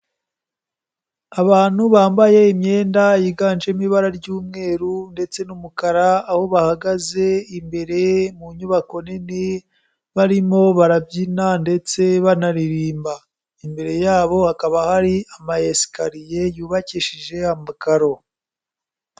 Abantu bambaye imyenda yiganjemo ibara ry'umweru ndetse n'umukara, aho bahagaze imbere mu nyubako nini, barimo barabyina ndetse banaririmba, imbere yabo hakaba hari ama esikariye yubakishije amakaro.